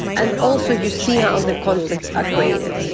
and also, you see how the conflicts are created.